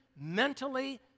mentally